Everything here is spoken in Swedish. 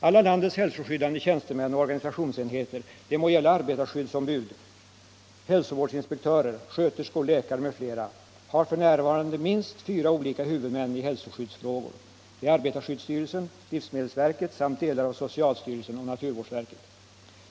Alla landets hälsoskyddande tjänstemän och organisationsenheter — det må gälla arbetarskyddsombud, hälsovårdsinspektörer, sköterskor, läkare eller andra — har f. n. minst fyra olika huvudmän i hälsoskyddsfrågor. Det är arbetarskyddsstyrelsen, livsmedelsverket samt delar av socialstyrelsen och naturvårdsverket.